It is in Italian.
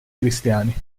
cristiani